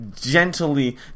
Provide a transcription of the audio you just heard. gently